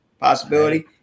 Possibility